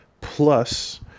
plus